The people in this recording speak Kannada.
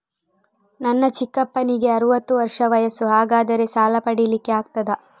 ನನ್ನ ಚಿಕ್ಕಪ್ಪನಿಗೆ ಅರವತ್ತು ವರ್ಷ ವಯಸ್ಸು, ಹಾಗಾದರೆ ಸಾಲ ಪಡೆಲಿಕ್ಕೆ ಆಗ್ತದ?